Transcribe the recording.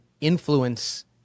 influence